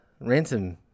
ransom